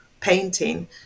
painting